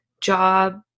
job